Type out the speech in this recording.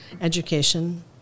education